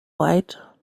right